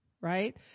Right